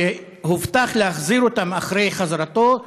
שהובטח להחזיר אותן אחרי החזרתו.